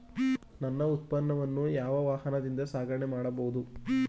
ನನ್ನ ಉತ್ಪನ್ನವನ್ನು ಯಾವ ವಾಹನದಿಂದ ಸಾಗಣೆ ಮಾಡಬಹುದು?